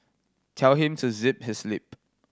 tell him to zip his lip